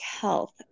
health